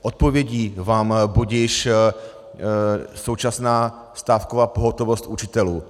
Odpovědí vám budiž současná stávková pohotovost učitelů.